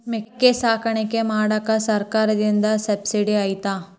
ಮೇಕೆ ಸಾಕಾಣಿಕೆ ಮಾಡಾಕ ಸರ್ಕಾರದಿಂದ ಸಬ್ಸಿಡಿ ಐತಾ?